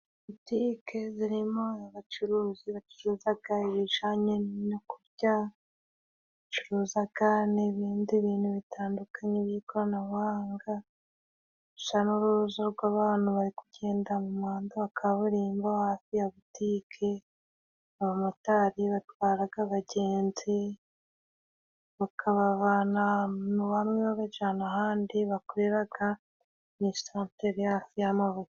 Butike zirimo abacuruzi bacuruzaga ibijanye n'ibyo kurya. Bacuruzaga n'ibindi bintu bitandukanye by'ikoranabuhanga. Uruja n'uruza rw'abantu bari kugenda mu muhanda wa kaburimbo hafi ya butike, abamotari batwaraga abagenzi, bakabavana ahantu hamwe babajana ahandi bakoreraga, mu santere hafi y'amabutike.